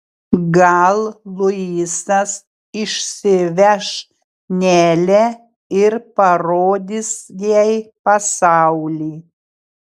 gal luisas išsiveš nelę ir parodys jai pasaulį